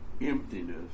emptiness